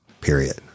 Period